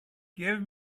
give